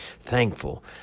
thankful